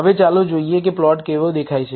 હવે ચાલો જોઈએ કે પ્લોટ કેવો દેખાય છે